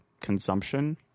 consumption